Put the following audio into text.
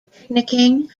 picnicking